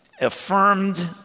affirmed